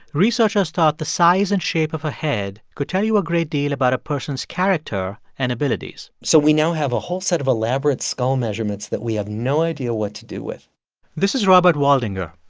researchers thought the size and shape of a head could tell you a great deal about a person's character and abilities so we now have a whole set of elaborate skull measurements that we have no idea what to do with this is robert waldinger.